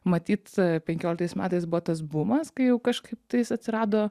matyt penkioliktais metais buvo tas bumas kai jau kažkaip tais atsirado